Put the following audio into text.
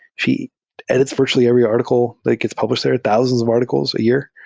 she edits virtually every article that gets published there, thousands of articles a year.